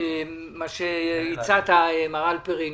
מר הלפרין.